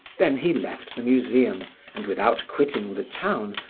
then he left the museum and, without quitting the town,